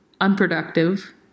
unproductive